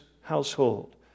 household